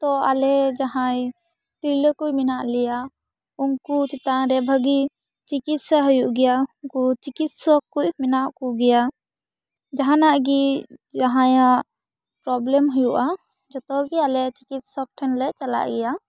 ᱛᱚ ᱟᱞᱮ ᱡᱟᱦᱟᱸᱭ ᱛᱤᱨᱞᱟᱹ ᱠᱚ ᱢᱮᱱᱟᱜ ᱞᱮᱭᱟ ᱩᱱᱠᱩ ᱪᱮᱛᱟᱱ ᱨᱮ ᱵᱷᱟᱹᱜᱤ ᱪᱤᱠᱤᱥᱟ ᱦᱩᱭᱩᱜ ᱜᱮᱭᱟ ᱩᱱᱠᱩ ᱪᱤᱠᱤᱥᱟ ᱠᱩᱡ ᱢᱮᱱᱟᱜ ᱠᱚ ᱜᱮᱭᱟ ᱡᱟᱦᱟᱱᱟᱜ ᱜᱤ ᱦᱟᱡᱟᱸᱭᱟᱜ ᱯᱚᱨᱚᱵᱮᱞᱮᱢ ᱦᱩᱭᱩᱜᱼᱟ ᱡᱚᱛᱚ ᱜᱮ ᱟᱞᱮ ᱪᱤᱠᱤᱥᱚᱠ ᱴᱷᱮᱱ ᱞᱮ ᱪᱟᱞᱟᱜ ᱜᱮᱭᱟ